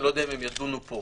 אני לא יודע אם הן יידונו פה.